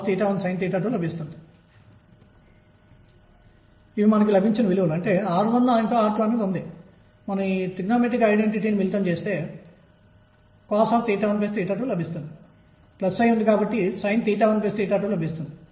నేను లెక్కించదలిచినది ఏమిటంటే p చర్య ప్రారంభ స్థితి నుండి p dx గా ఉంటుంది